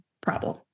problem